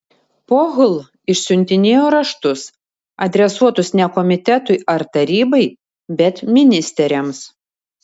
pohl išsiuntinėjo raštus adresuotus ne komitetui ar tarybai bet ministeriams